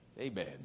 Amen